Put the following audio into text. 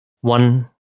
one